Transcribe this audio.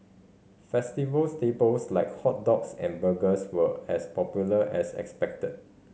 festival staples like hot dogs and burgers were as popular as expected